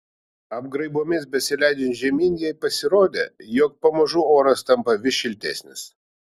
apgraibomis besileidžiant žemyn jai pasirodė jog pamažu oras tampa vis šiltesnis